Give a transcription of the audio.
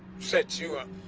set you up.